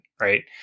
right